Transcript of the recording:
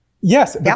Yes